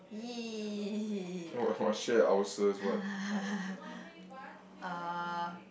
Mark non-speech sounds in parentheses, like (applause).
!ee! yeah (laughs) uh